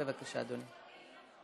בבקשה, אדוני.